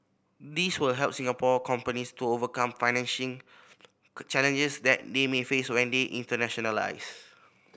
these will help Singapore companies to overcome financing challenges that they may face when they internationalise